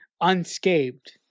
unscathed